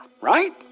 right